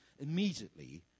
immediately